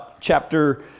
chapter